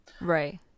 Right